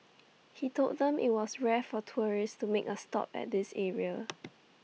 he told them that IT was rare for tourists to make A stop at this area